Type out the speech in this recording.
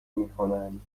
میکنند